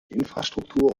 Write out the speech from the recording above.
infrastruktur